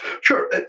Sure